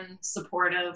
supportive